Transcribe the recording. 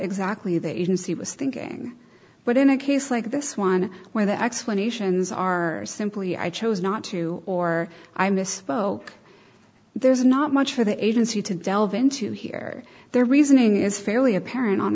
exactly the agency was thinking but in a case like this one where the explanations are simply i chose not to or i misspoke there's not much for the agency to delve into here their reasoning is fairly apparent on